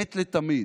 מת לתמיד,